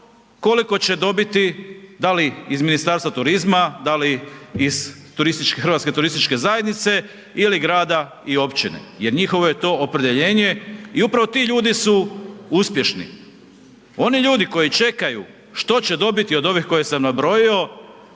koliko će dobiti, da li iz Ministarstva turizma, da li iz Hrvatske turističke zajednice ili grada i općine jer njihovo je to opredjeljenje i upravo ti ljudi su uspješni. Oni ljudi koji čekaju što će dobiti od ovih koje sam nabrojio,